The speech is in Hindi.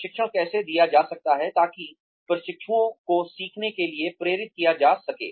प्रशिक्षण कैसे दिया जा सकता है ताकि प्रशिक्षुओं को सीखने के लिए प्रेरित किया जा सके